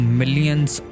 millions